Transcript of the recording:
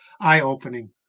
eye-opening